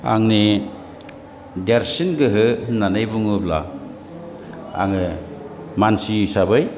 आंनि देरसिन गोहो होननानै बुङोब्ला आङो मानसि हिसाबै